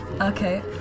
Okay